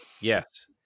Yes